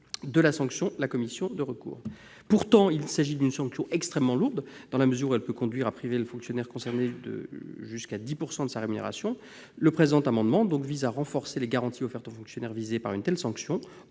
de la sanction la commission de recours. Pourtant, il s'agit d'une sanction extrêmement lourde dans la mesure où elle peut conduire à priver le fonctionnaire concerné d'une partie de sa rémunération allant jusqu'à 10 %. Cet amendement vise donc à renforcer les garanties offertes au fonctionnaire visé par une telle sanction,